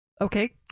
Okay